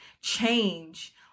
change